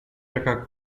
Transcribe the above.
jaka